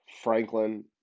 Franklin